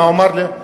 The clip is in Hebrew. מה הוא אמר לי?